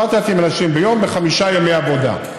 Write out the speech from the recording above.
7,000 אנשים ביום בחמישה ימי עבודה,